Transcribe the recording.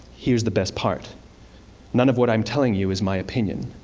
here's the best part none of what i'm telling you is my opinion.